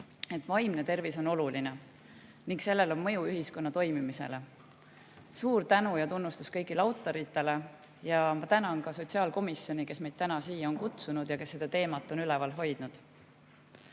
et vaimne tervis on oluline ning sellel on mõju ühiskonna toimimisele. Suur tänu ja tunnustus kõigile autoritele! Ja ma tänan ka sotsiaalkomisjoni, kes meid täna siia on kutsunud ja seda teemat üleval hoidnud.